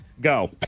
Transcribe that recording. Go